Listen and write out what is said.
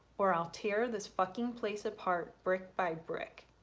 or i'll tear this fucking place apart brick by brick.